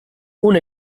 una